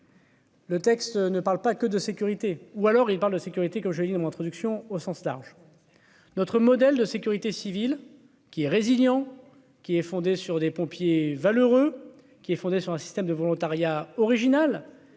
Le texte ne parle pas que de sécurité, ou alors il parle de sécurité, quand j'ai dit dans mon introduction au sens large, notre modèle de sécurité civile qui est résiliant qui est fondé sur des pompiers valeureux, qui est fondé sur un système de volontariat original